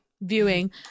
viewing